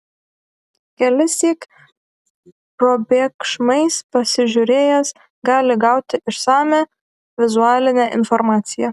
kelissyk probėgšmais pasižiūrėjęs gali gauti išsamią vizualinę informaciją